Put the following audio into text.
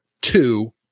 Two